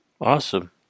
Awesome